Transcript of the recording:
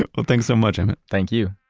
and well, thanks so much, emmett thank you